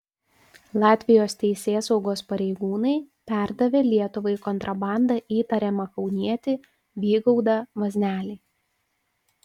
latvijos teisėsaugos pareigūnai perdavė lietuvai kontrabanda įtariamą kaunietį vygaudą vaznelį